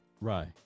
right